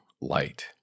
light